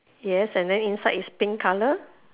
yes and then inside is pink colour